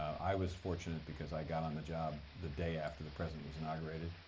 i was fortunate because i got on the job the day after the president was inaugurated.